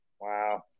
Wow